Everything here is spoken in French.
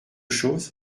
chose